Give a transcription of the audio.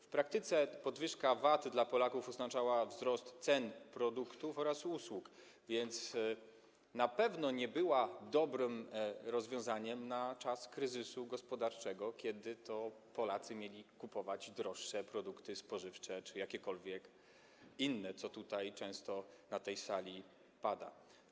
W praktyce podwyżka VAT dla Polaków oznaczała wzrost cen produktów oraz usług, więc na pewno nie była dobrym rozwiązaniem na czas kryzysu gospodarczego, skoro Polacy mieli kupować droższe produkty spożywcze czy jakiekolwiek inne, o czym często na tej sali się mówi.